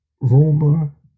rumor